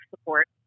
support